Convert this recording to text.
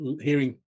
hearing